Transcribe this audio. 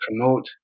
promote